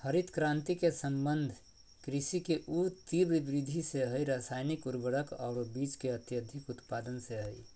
हरित क्रांति के संबंध कृषि के ऊ तिब्र वृद्धि से हई रासायनिक उर्वरक आरो बीज के अत्यधिक उत्पादन से हई